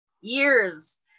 years